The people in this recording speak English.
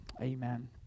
amen